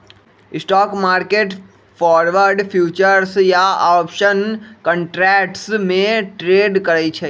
stock market forward, futures या option contracts में trade करई छई